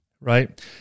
Right